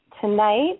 Tonight